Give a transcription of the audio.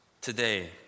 today